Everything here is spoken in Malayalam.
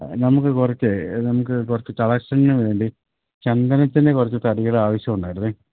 ആ നമുക്ക് കുറച്ച് നമുക്ക് കുറച്ച് കളക്ഷന് വേണ്ടി ചന്ദനത്തിൻ്റെ കുറച്ച് തടിയുടെ ആവശ്യം ഉണ്ടായിരുന്നു